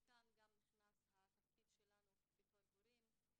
וכאן גם נכנס התפקיד שלנו בתור הורים.